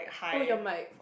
oh your mic